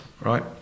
right